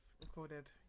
Recorded